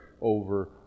over